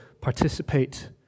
participate